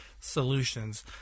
solutions